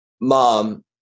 Mom